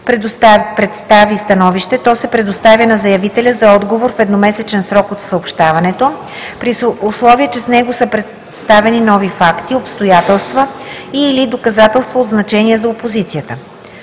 представи становище, то се предоставя на заявителя за отговор в едномесечен срок от съобщаването, при условие че с него са представени нови факти, обстоятелства и/или доказателства от значение за опозицията.